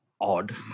odd